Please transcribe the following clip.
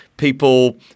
people